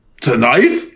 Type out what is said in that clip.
tonight